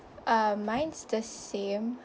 um mine's just same